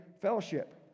fellowship